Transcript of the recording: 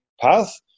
path